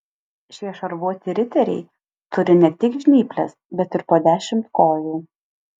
šie šarvuoti riteriai turi ne tik žnyples bet ir po dešimt kojų